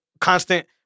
constant